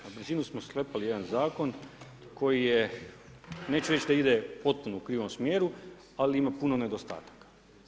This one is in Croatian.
Na brzinu smo sklepali jedan zakon koji je neću reći da ide potpuno u krivom smjeru, ali ima puno nedostataka.